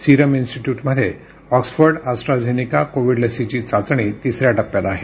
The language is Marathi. सीरम इन्स्टिट्युटमध्ये ऑक्सफर्ड अस्ट्राझेनेका कोविड लसीची चाचणी तिसऱ्या टप्प्यात आहे